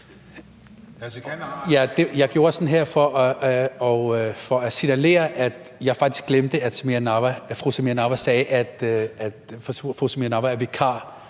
Jeg prøvede at signalere, at jeg faktisk glemte, at fru Samira Nawa sagde, at fru Samira Nawa er vikar,